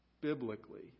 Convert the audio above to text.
Biblically